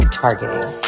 targeting